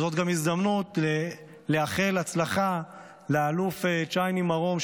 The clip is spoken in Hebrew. זאת גם הזדמנות לאחל הצלחה לאלוף צ'ייני מרום,